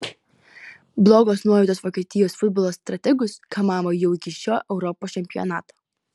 blogos nuojautos vokietijos futbolo strategus kamavo jau iki šio europos čempionato